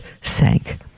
sank